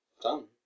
Done